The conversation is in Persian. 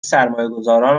سرمایهگذاران